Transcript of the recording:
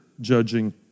judging